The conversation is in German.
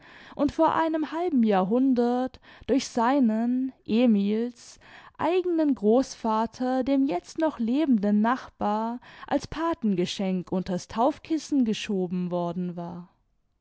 und vor einem halben jahrhundert durch seinen emil's eigenen großvater dem jetzt noch lebenden nachbar als pathengeschenk unter's taufkissen geschoben worden war